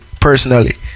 personally